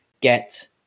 get